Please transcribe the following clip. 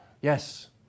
yes